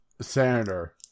senator